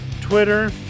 Twitter